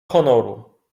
honoru